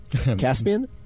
Caspian